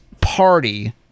party